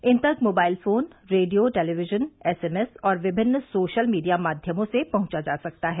इन तक mobile phone radio television SMS और विभिन्न सोशल मीडिया माध्यमों से पहुंचा जा सकता है